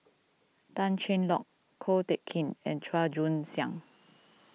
Tan Cheng Lock Ko Teck Kin and Chua Joon Siang